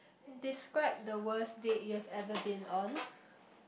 describe the worst date you have ever been on